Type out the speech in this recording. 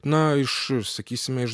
na iš sakysime iš